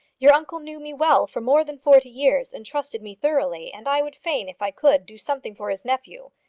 your uncle knew me well for more than forty years, and trusted me thoroughly, and i would fain, if i could, do something for his nephew.